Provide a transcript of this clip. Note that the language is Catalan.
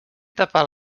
tapar